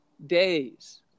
days